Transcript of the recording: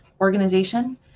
organization